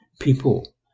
people